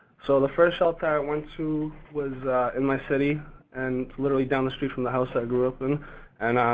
so the first shelter i went to was in my city and literally down the street from the house i grew up in and